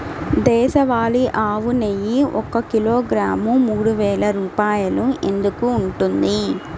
దేశవాళీ ఆవు నెయ్యి ఒక కిలోగ్రాము మూడు వేలు రూపాయలు ఎందుకు ఉంటుంది?